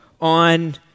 on